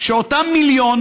שאותם מיליון